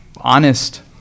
honest